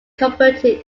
converted